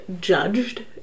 judged